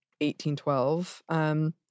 1812